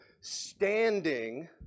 standing